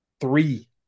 Three